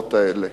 מהשעות האלה